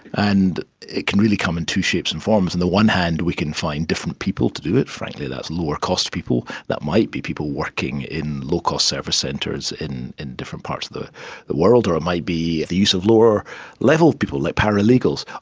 and it can really come in two shapes and forms. on and the one hand we can find different people to do it. frankly that's lower cost people, that might be people working in low-cost service centres in in different parts of the the world, or it might be the use of lower level people like paralegals.